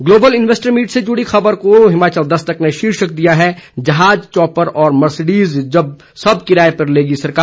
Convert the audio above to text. global investor meet से जुड़ी खबर को हिमाचल दस्तक ने शीर्षक दिया है जहाज चौपर और मर्सडीज सब किराए पर लेगी सरकार